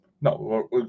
No